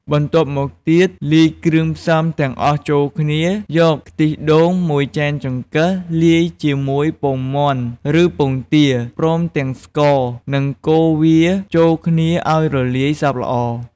បន្ទាប់មកទៀតលាយគ្រឿងផ្សំទាំងអស់ចូលគ្នា យក ខ្ទិះដូង ១ ចានចង្កឹះ លាយជាមួយពងមាន់ ឬពងទា ព្រមទាំងស្ករ និងកូរវាចូលគ្នាឱ្យរលាយសព្វល្អ។